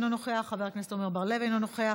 אינו נוכח,